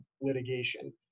litigation